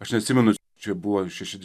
aš neatsimenu čia buvo šešiadešimt